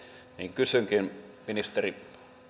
kysynkin ministeri